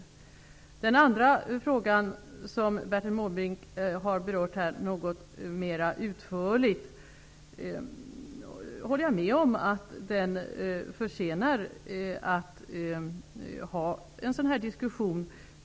Den andra frågan, som Bertil Måbrink har berört något mera utförligt, håller jag med om förtjänar att diskuteras.